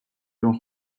room